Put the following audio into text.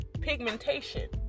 pigmentation